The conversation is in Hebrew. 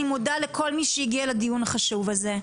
אני מודה לכל מי שהגיע לדיון החשוב הזה.